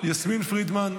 יסמין פרידמן,